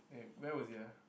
eh where was it ah